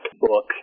book